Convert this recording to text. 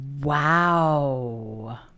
Wow